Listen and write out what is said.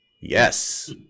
yes